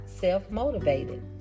self-motivated